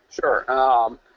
sure